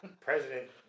President